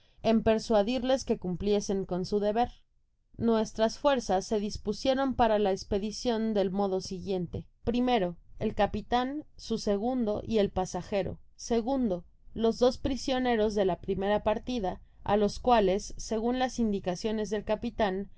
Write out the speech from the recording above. en persuadirles que oumpliesen con su deber í oi nuestras fuerzas se dispusieron para la espedicion del modo siguiente i content from google book search generated at el capitan su segundo y el pasagero los dos prisioneros de la primera partida á los cuales segun las indicaciones del capitan